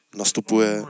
nastupuje